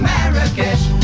Marrakesh